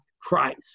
Christ